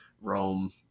Rome